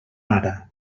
ara